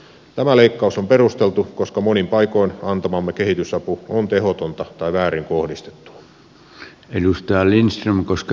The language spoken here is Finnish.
tämä leikkaus on perusteltu koska monin paikoin antamamme kehitysapu on tehotonta tai väärin kohdistettua